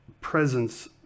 presence